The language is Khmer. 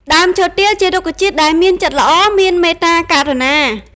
ដើមឈើទាលជារុក្ខជាតិដែលមានចិត្តល្អ មានមេត្តាករុណា។